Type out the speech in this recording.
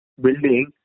building